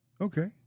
Okay